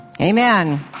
Amen